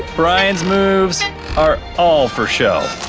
brian's moves are all for show.